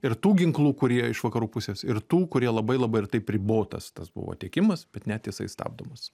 ir tų ginklų kurie iš vakarų pusės ir tų kurie labai labai ir taip ribotas tas buvo tiekimas bet net jisai stabdomas